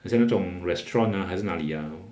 好像那种 restaurant ah 还是哪里 ah